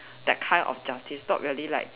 that kind of justice not really like